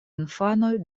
infanoj